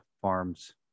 farms